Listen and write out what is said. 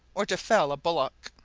or to fell a bullock.